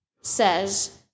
says